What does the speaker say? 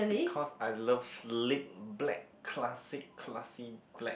because I love sleek black classic classy black